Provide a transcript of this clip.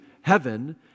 heaven